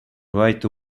right